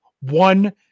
one